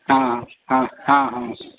हँ हँ हँ हँ